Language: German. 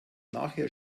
nachher